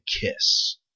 Kiss